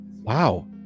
Wow